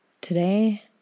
today